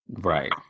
Right